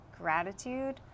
gratitude